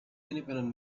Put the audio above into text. independent